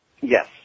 Yes